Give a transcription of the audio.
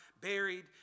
buried